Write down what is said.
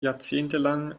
jahrzehntelang